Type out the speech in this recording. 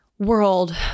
world